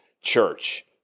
church